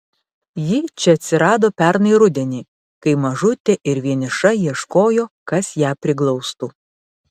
ji čia atsirado pernai rudenį kai mažutė ir vieniša ieškojo kas ją priglaustų